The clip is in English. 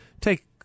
Take